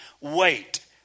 Wait